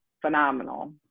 phenomenal